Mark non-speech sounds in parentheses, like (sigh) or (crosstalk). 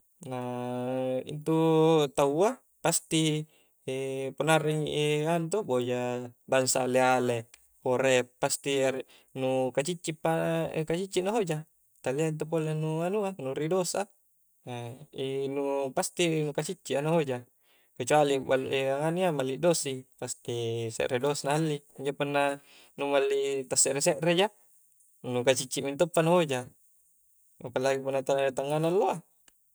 Na intu taua pasti (hesitation) punna akarak i (hesitation) anu to boja bangsa ale-ale, power f, pasti (hesitation) nu kacicci pa (hesitation) kacicci nahoja talia intu pole nu anua nu ri dos a (hesitation) nu pasti nu kaci'ci na hoja kecuali (unintelligible) nganu iya malli dos i, pasti sekre dos na halli, injo punna nu malli ta sekre-sekre ja, nu kaci'ci mento pa na hoja, apalagi punna tangga-tanggana alloa